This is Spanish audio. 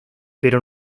pero